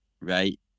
right